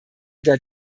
der